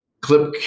clip